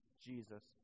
Jesus